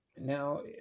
now